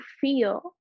feel